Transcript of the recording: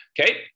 Okay